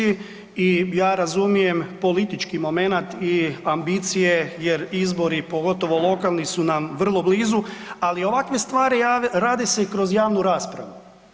I ja razumijem politički momenat i ambicije jer izbori pogotovo lokalni su nam vrlo blizu, ali ovakve stvari rade se i kroz javnu raspravu.